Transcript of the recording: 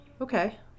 okay